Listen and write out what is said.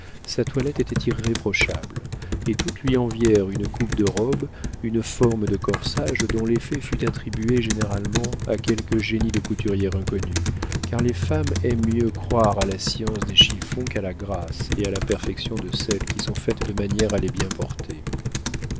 sa toilette était irréprochable et toutes lui envièrent une coupe de robe une forme de corsage dont l'effet fut attribué généralement à quelque génie de couturière inconnue car les femmes aiment mieux croire à la science des chiffons qu'à la grâce et à la perfection de celles qui sont faites de manière à les bien porter